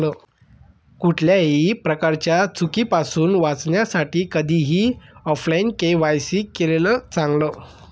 कुठल्याही प्रकारच्या चुकीपासुन वाचण्यासाठी कधीही ऑफलाइन के.वाय.सी केलेलं चांगल